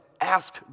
ask